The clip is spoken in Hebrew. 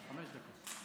חמש דקות.